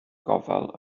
gofal